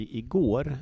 igår